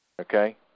Okay